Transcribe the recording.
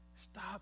Stop